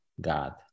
god